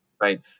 right